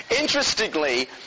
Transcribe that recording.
Interestingly